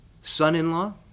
Son-in-law